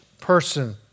person